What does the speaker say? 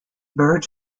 birds